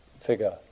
figure